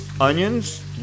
onions